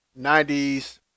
90s